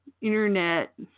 internet